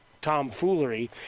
tomfoolery